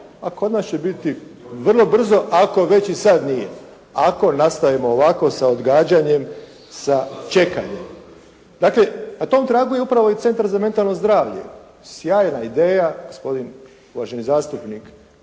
kod nas će biti vrlo brzo, ako već i sad nije. Ako nastavimo ovako sa odgađanjem, sa čekanjem. Dakle, na tom tragu je upravo i Centar za mentalno zdravlje. Sjajna ideja, gospodin uvaženi zastupnik,